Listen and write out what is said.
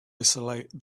isolate